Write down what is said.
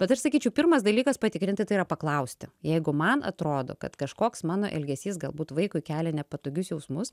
bet aš sakyčiau pirmas dalykas patikrinti tai yra paklausti jeigu man atrodo kad kažkoks mano elgesys galbūt vaikui kelia nepatogius jausmus